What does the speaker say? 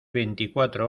veinticuatro